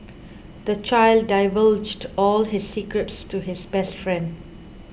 the child divulged all his secrets to his best friend